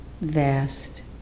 vast